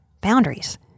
boundaries